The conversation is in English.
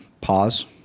pause